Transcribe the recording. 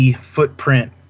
footprint